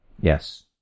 Yes